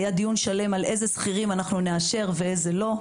היה דיון שלם על אילו סחירים אנחנו נאשר ואילו לא.